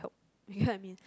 ya I mean